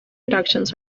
reductions